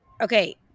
okay